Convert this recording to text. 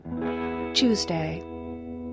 Tuesday